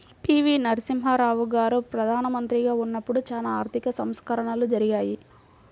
పి.వి.నరసింహారావు గారు ప్రదానమంత్రిగా ఉన్నపుడు చానా ఆర్థిక సంస్కరణలు జరిగాయి